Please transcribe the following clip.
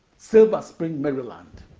silver spring, maryland.